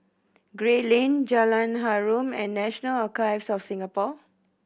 Gray Lane Jalan Harum and National Archives of Singapore